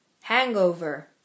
hangover